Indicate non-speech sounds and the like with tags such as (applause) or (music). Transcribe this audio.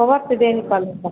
(unintelligible)